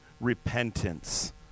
repentance